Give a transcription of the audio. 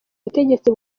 ubutegetsi